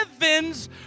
heavens